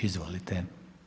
Izvolite.